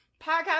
podcast